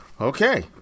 Okay